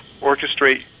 orchestrate